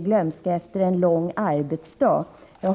glömska efter en lång arbetsdag.